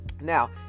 Now